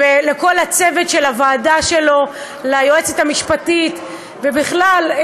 לכל הצוות של הוועדה שלו, ליועצת המשפטית, ובכלל,